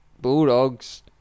Bulldogs